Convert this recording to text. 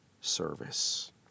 service